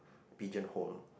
pigeon hole